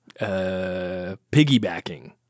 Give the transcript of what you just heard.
Piggybacking